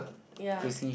yea